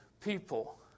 people